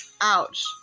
Ouch